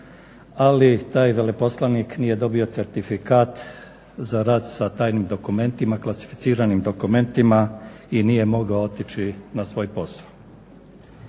ali taj veleposlanik nije dobio certifikat za rad sa tajnim dokumentnima, klasificiranim dokumentima i nije mogao otići na svoj posao.